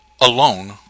alone